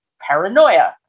paranoia